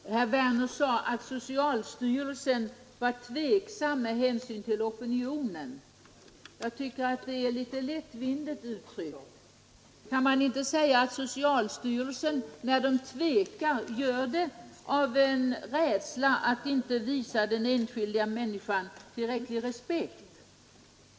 Fru talman! Herr Werner i Malmö sade att socialstyrelsen var tveksam med hänsyn till opinionen. Jag tycker att det är litet lättvindigt uttryckt. Kan man inte säga att socialstyrelsen tvekar av rädsla att inte visa den enskilda människan tillräcklig respekt?